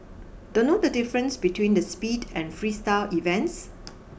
don't know the difference between the speed and freestyle events